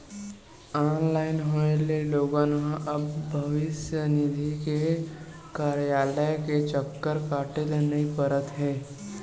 online होए ले लोगन ल अब भविस्य निधि के कारयालय के चक्कर काटे ल नइ परत हे